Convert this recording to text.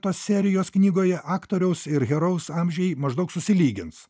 tos serijos knygoje aktoriaus ir herojaus amžiai maždaug susilygins